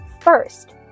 first